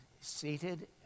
seated